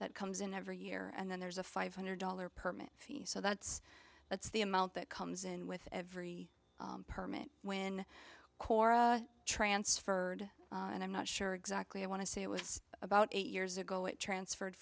that comes in every year and then there's a five hundred dollars permit fees so that's that's the amount that comes in with every permit when cora transferred and i'm not sure exactly i want to say it was about eight years ago it transferred